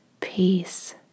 peace